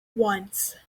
once